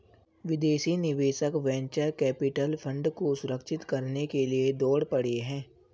विदेशी निवेशक venture capital fund को सुरक्षित करने के लिए दौड़ पड़े हैं